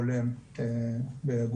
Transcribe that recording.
אנחנו מקבלים את הנתונים מהם.